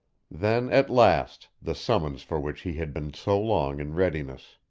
then at last the summons for which he had been so long in readiness.